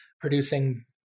producing